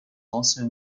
also